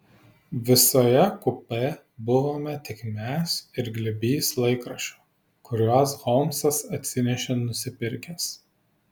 visoje kupė buvome tik mes ir glėbys laikraščių kuriuos holmsas atsinešė nusipirkęs